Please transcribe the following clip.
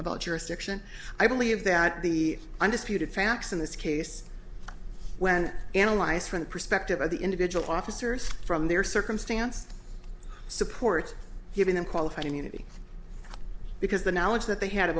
about jurisdiction i believe that the undisputed facts in this case when analyzed from the perspective of the individual officers from their circumstance supports giving them qualified immunity because the knowledge that they had